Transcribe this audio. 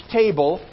table